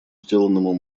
сделанному